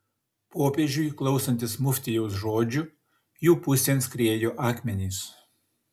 popiežiui klausantis muftijaus žodžių jų pusėn skriejo akmenys